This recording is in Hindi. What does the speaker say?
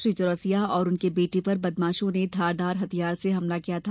श्री चौरसिया और उनके बेटे पर बदमाशों ने धारदार हथियार से हमला किया था